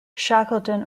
shackleton